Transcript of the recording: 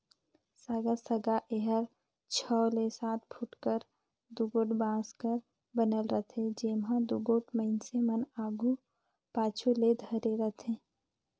साँगा साँगा एहर छव ले सात फुट कर दुगोट बांस कर बनल रहथे, जेम्हा दुगोट मइनसे मन आघु पाछू ले धरे रहथे